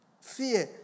Fear